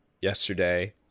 yesterday